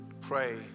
pray